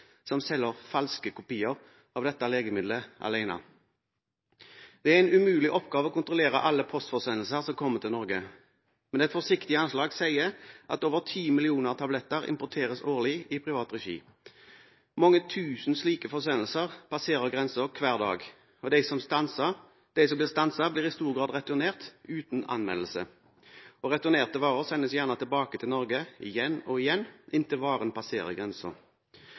som selger falske kopier av dette legemidlet alene. Det er en umulig oppgave å kontrollere alle postforsendelser som kommer til Norge, men et forsiktig anslag sier at over ti millioner tabletter importeres årlig i privat regi. Mange tusen slike forsendelser passerer grensen hver dag, og de som blir stanset, blir i stor grad returnert uten anmeldelse. Returnerte varer sendes gjerne tilbake til Norge igjen og igjen, inntil varen passerer